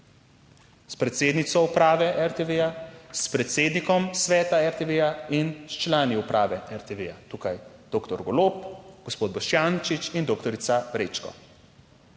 s predsednico Uprave RTV, s predsednikom Sveta RTV in s člani uprave RTV, tukaj doktor Golob, gospod Boštjančič in doktorica Vrečko.